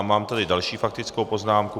Mám tady další faktickou poznámku.